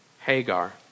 Hagar